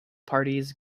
parties